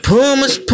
Pumas